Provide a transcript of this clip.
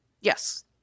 Yes